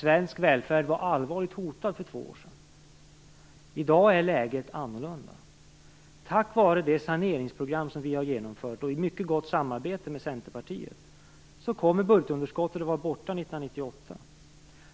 Svensk välfärd var allvarligt hotad för två år sedan. I dag är läget annorlunda tack vare det saneringsprogram som vi har genomfört, och ett mycket gott samarbete med Centerpartiet, kommer budgetunderskottet att vara borta 1998.